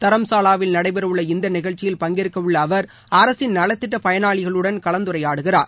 தரம்சாலாவில் நடைபெறவுள்ள இந்த நிகழச்சியில் பங்கேற்கவுள்ள அவர் அரசின் நலத்திட்ட பயனாளிகளுடன் கலந்துரையாடுகிறார்